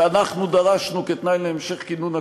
שאנחנו דרשנו כתנאי להמשך כינון הקואליציה,